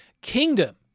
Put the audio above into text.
kingdom